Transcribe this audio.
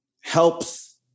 helps